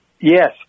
Yes